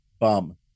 bum